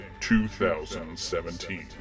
2017